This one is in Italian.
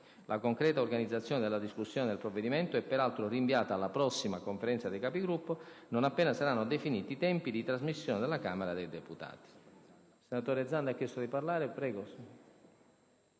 La concreta organizzazione della discussione del provvedimento e` peraltro rinviata alla prossima Conferenza dei Capigruppo, non appena saranno definiti i tempi di trasmissione dalla Camera dei deputati.